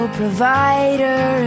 provider